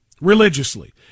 religiously